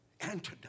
antidote